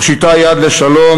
מושיטה יד לשלום,